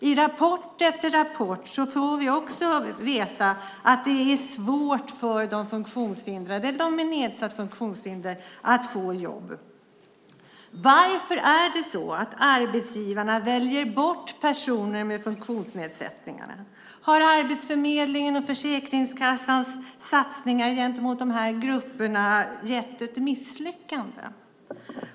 I rapport efter rapport får vi veta att det är svårt för de funktionshindrade, de med nedsatt funktion, att få jobb. Varför väljer arbetsgivarna bort personer med funktionsnedsättningar? Har Arbetsförmedlingens och Försäkringskassans satsningar gentemot de här grupperna varit ett misslyckande?